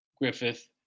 Griffith